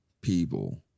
people